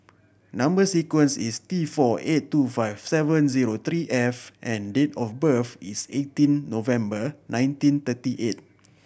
number sequence is T four eight two five seven zero three F and date of birth is eighteen November nineteen thirty eight